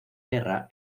guerra